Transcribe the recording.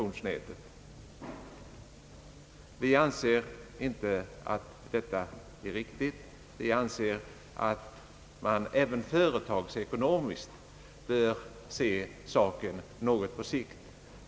Inom länet anser vi inte att detta är riktigt. Vi anser att man även företagsekonomiskt bör se saken något på sikt.